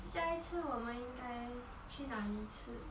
下一次我们应该去哪里吃